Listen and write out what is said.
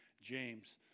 James